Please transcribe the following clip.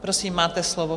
Prosím, máte slovo.